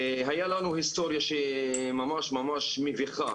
והיה לנו היסטוריה ממש מביכה.